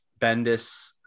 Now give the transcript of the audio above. bendis